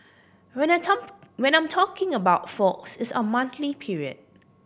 what I'm talk what I'm talking about folks is our monthly period